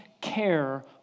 care